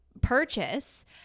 purchase